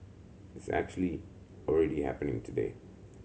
it's actually already happening today